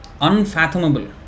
unfathomable